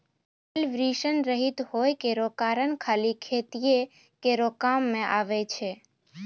बैल वृषण रहित होय केरो कारण खाली खेतीये केरो काम मे आबै छै